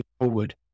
forward